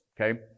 okay